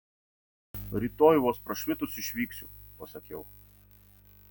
rytoj vos prašvitus išvyksiu pasakiau